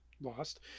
lost